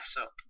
up